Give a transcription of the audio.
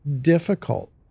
difficult